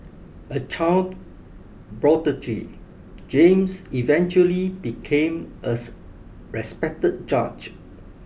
a child prodigy James eventually became as respected judge